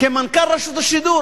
למנכ"ל רשות השידור.